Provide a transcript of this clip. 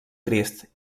crist